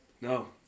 no